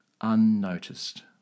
unnoticed